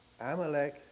Amalek